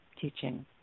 teaching